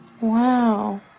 Wow